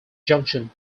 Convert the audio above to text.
junction